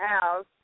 house